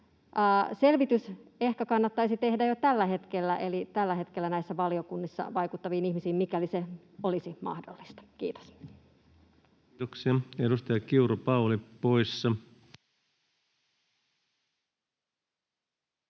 selvitys ehkä kannattaisi tehdä jo tällä hetkellä näissä valiokunnissa vaikuttaviin ihmisiin, mikäli se olisi mahdollista. — Kiitos. [Speech 90] Speaker: Toinen